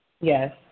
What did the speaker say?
Yes